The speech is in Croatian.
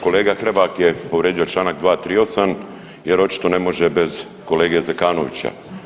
Kolega Hrebak je povrijedio čl. 238. jer očito ne može bez kolege Zekanovića.